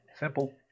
simple